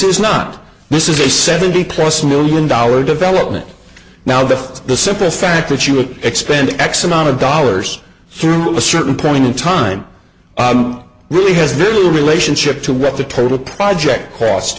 is not this is a seventy plus million dollar development now that the simple fact that you would expand x amount of dollars through a certain point in time really has little relationship to what the total project cost